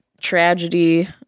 tragedy